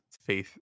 faith